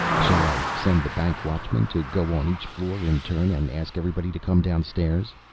shall i send the bank watchmen to go on each floor in turn and ask everybody to come down-stairs?